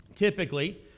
Typically